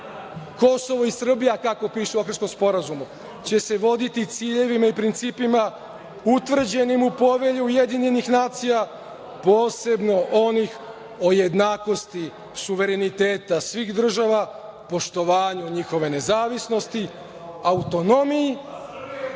Kosovo i Srbija, kako piše u Ohridskom sporazumu, će se voditi ciljevima i principima utvrđenim u Povelji UN, posebno onih o jednakosti suvereniteta svih država, poštovanju njihove nezavisnosti, autonomiji